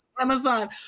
Amazon